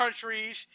countries